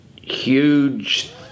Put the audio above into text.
huge